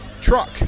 Truck